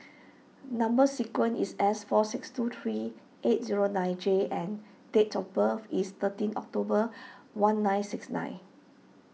Number Sequence is S four six two three eight zero nine J and date of birth is thirteen October one nine six nine